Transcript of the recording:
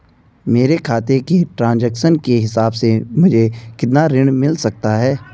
मेरे खाते के ट्रान्ज़ैक्शन के हिसाब से मुझे कितना ऋण मिल सकता है?